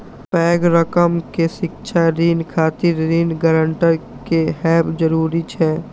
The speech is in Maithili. पैघ रकम के शिक्षा ऋण खातिर ऋण गारंटर के हैब जरूरी छै